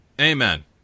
Amen